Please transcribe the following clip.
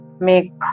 make